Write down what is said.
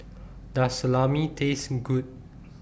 Does Salami Taste Good